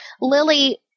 Lily